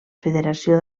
federació